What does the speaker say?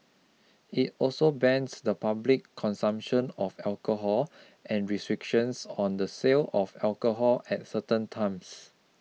it also bans the public consumption of alcohol and restrictions on the sale of alcohol at certain times